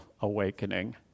awakening